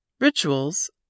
Rituals